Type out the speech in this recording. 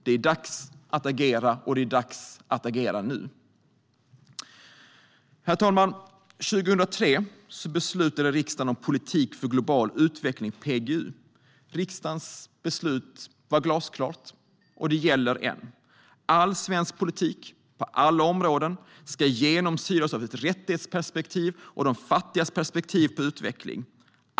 Det är dags att agera, och vi behöver göra det nu. Herr talman! År 2003 beslutade riksdagen om politik för global utveckling, PGU. Riksdagens beslut var glasklart och gäller än. All svensk politik på alla områden ska genomsyras av ett rättighetsperspektiv och utgå från de fattigas perspektiv på utveckling.